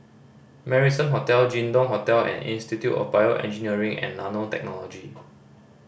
Marrison Hotel Jin Dong Hotel and Institute of BioEngineering and Nanotechnology